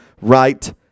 right